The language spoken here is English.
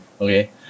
okay